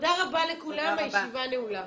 תודה רבה לכולם, הישיבה נעולה.